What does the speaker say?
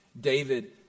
David